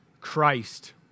Christ